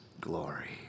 glory